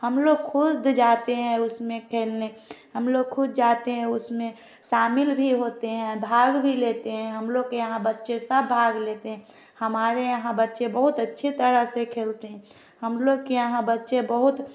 हम लोग खुद जाते है उसमे खेलने हम कूद जाते है जाते है उसमे शामिल भी भाग भी लेते है हम लोग के यहाँ बच्चे सब भाग लेते है हमारे यहाँ बच्चे बहुत अच्छे तरह से खेलते है हम लोग के यहाँ बच्चे बहुत